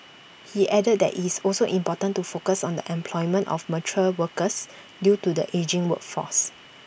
he added that it's also important to focus on the employment of mature workers due to the ageing workforce